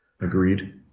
agreed